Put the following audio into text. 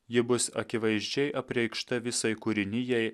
ji bus akivaizdžiai apreikšta visai kūrinijai